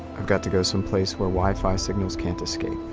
i've got to go someplace where wi-fi signals can't escape.